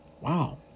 Wow